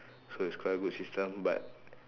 so it's quite a good system but